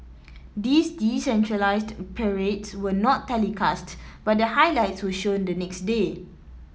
these decentralised parades were not telecast but the highlights were shown the next day